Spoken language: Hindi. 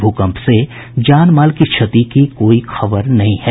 भूकम्प से जान माल की क्षति की कोई खबर नहीं है